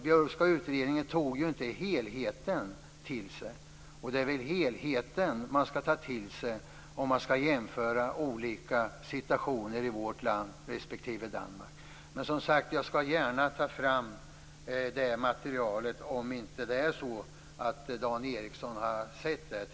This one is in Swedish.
Björkska utredningen tog ju inte till sig helheten, och det är ju den som man måste ta till sig om man skall jämföra olika situationer i vårt land med olika situationer i Danmark. Men, som sagt, jag skall gärna ta fram det materialet, om inte Dan Ericsson tidigare har sett det.